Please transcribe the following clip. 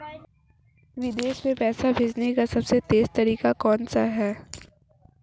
विदेश में पैसा भेजने का सबसे तेज़ तरीका कौनसा है?